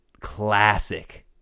classic